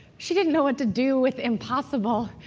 she didn't know what to do with impossible.